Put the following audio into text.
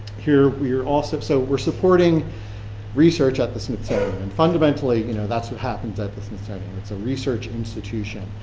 here we are also, so we're supporting research at the smithsonian. and fundamentally, you know, that's what happens at the smithsonian. it's a research institution.